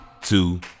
two